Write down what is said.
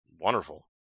wonderful